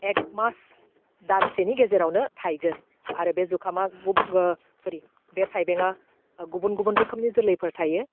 एक मास दानसेनि गेजेरावनो थाइगोन आरो बे जुखामाआ गुब ओह सरि बे थाइबेंआ ओह गुबुन गुबुन रोखोमनि जोलैफोर थायो